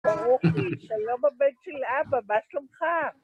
ברוכי, שלום הבן של אבא, מה שלומך?